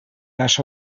les